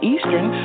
Eastern